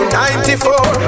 94